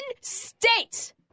State